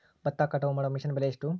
ಭತ್ತ ಕಟಾವು ಮಾಡುವ ಮಿಷನ್ ಬೆಲೆ ಎಷ್ಟು?